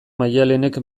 maialenek